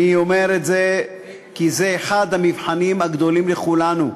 אני אומר את זה כי זה אחד המבחנים הגדולים לכולנו.